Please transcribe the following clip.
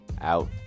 out